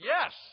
Yes